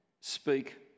speak